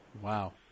Wow